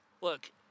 Look